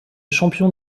champion